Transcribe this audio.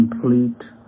complete